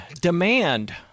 demand